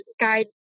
guide